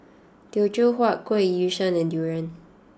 Teochew Huat Kuih Yu Sheng and Durian